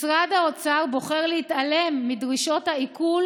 משרד האוצר בוחר להתעלם מדרישות העיקול